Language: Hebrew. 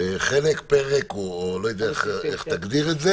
חלק פרק או לא יודע איך תגדיר את זה